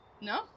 No